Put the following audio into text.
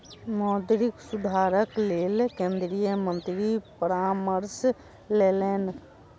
मौद्रिक सुधारक लेल केंद्रीय मंत्री परामर्श लेलैन